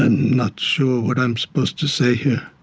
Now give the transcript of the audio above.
not sure what i'm supposed to say here